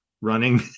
running